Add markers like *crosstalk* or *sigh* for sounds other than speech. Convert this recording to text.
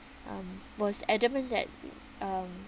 um was adamant that *noise* um